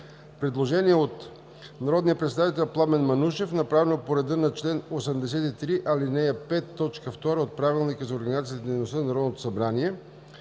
Предложение от народния представител Пламен Манушев, направено по реда на чл. 83, ал. 5, т. 2 от Правилника за организацията и дейността на Народното събрание.